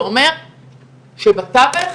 אם יש אירוע כזה, זה אומר שבתווך